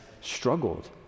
struggled